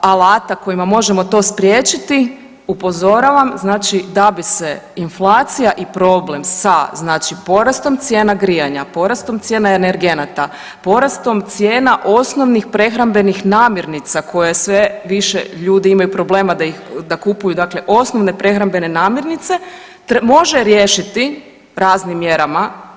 alata kojima možemo to spriječiti, upozoravam znači da bi se inflacija i problem sa znači porastom cijena grijanja, porastom cijena energenata, porastom cijena osnovnih prehrambenih namirnica koje sve više ljudi imaju problema da kupuju dakle osnovne prehrambene namirnice može riješiti raznim mjerama.